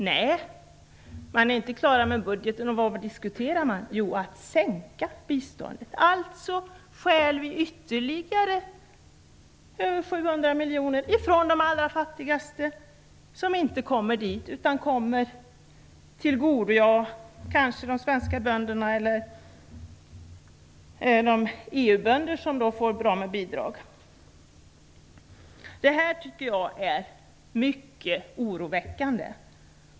Nej, man är inte klar med budgeten. Men vad diskuterar man? Jo, att sänka biståndet. Alltså stjäl vi ytterligare över 700 miljoner från de allra fattigaste, pengar som inte kommer dit utan som kanske kommer de svenska bönderna till godo eller de EU-bönder som får bra med bidrag. Det här tycker jag är mycket oroväckande.